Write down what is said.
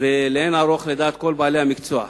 לאין ערוך, לדעת כל בעלי המקצוע.